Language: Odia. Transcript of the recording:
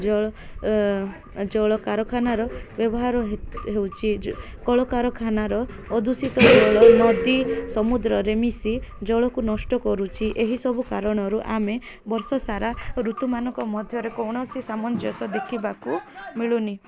କଳ କଳକାରଖାନାର ବ୍ୟବହାର ହେଉଛି କଳକାରଖାନାର ଅଦୂଷିତ ଜଳ ନଦୀ ସମୁଦ୍ରରେ ମିଶି ଜଳକୁ ନଷ୍ଟ କରୁଛି ଏହିସବୁ କାରଣରୁ ଆମେ ବର୍ଷ ସାରା ଋତୁମାନଙ୍କ ମଧ୍ୟରେ କୌଣସି ସାମଞ୍ଜସ ଦେଖିବାକୁ ମିଳୁନି